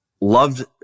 loved